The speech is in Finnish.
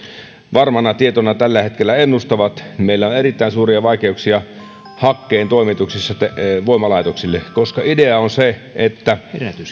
varmana tietona tällä hetkellä ennustavat meillä on erittäin suuria vaikeuksia hakkeen toimituksessa voimalaitoksille koska idea on se että